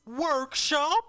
workshop